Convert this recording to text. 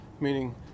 meaning